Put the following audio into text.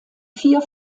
vier